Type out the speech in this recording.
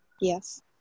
Yes